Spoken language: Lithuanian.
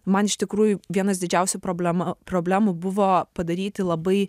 man iš tikrųjų vienas didžiausių problema problemų buvo padaryti labai